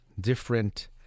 different